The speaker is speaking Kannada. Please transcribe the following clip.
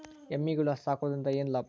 ಎಮ್ಮಿಗಳು ಸಾಕುವುದರಿಂದ ಏನು ಲಾಭ?